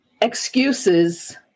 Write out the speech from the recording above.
excuses